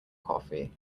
coffee